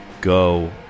go